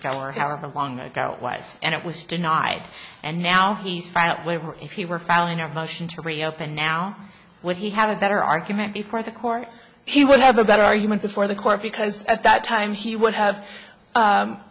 ago or however long ago it was and it was denied and now he's found out later if he were found in our motion to reopen now would he have a better argument before the court he would have a better argument before the court because at that time he would have